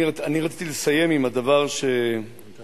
אני רציתי לסיים עם הדבר שחברתנו,